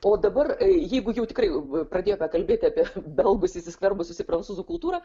o dabar jeigu jau tikrai pradėjome kalbėti apie belgus įsiskverbusius į prancūzų kultūrą